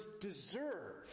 deserve